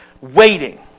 Waiting